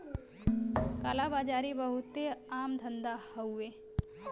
काला बाजारी बहुते आम धंधा हउवे